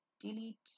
delete